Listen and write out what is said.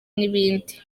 n’ibindi